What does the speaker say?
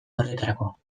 horretarako